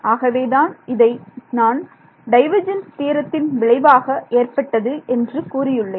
ஆகவேதான் இதை நான் டைவர்ஜென்ஸ் தியரத்தின் விளைவாக ஏற்பட்டது என்று கூறியுள்ளேன்